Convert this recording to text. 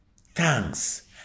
thanks